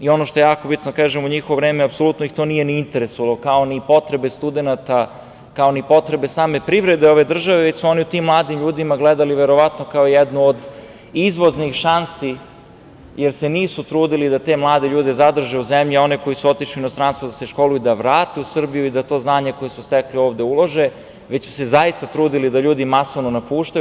U njihovo vreme ih to apsolutno nije ni interesovalo, kao ni potrebe studenata, kao ni potrebe same privrede ove države, već su oni u tim mladim ljudima gledali verovatno kao jednu od izvoznih šansi jer se nisu trudili da te mlade ljude zadrže u zemlji, a one koji su otišli u inostranstvo da se školuju da vrate u Srbiju i da to znanje koje su stekli ovde ulože, već su se zaista trudili da ljudi masovno napuštaju.